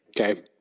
Okay